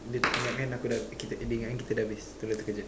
dia ingatkan aku dah kita dia ingatkan kita dah habis terus dia terkejut